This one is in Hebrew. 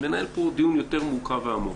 לנהל פה דיון יותר מורכב ועמוק,